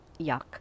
yuck